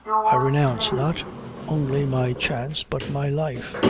i renounce not only my chance but my life.